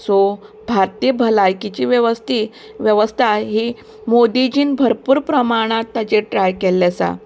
so भारतीय भलायकिची वेवस्ती वेवस्था ही मोदीजीन भरपूर प्रमाणांत ताजेर ट्राय केल्लें आसा